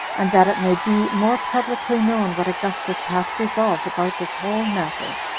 and that it may be more publicly known what augustus hath resolved about this whole matter,